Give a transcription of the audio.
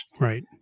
Right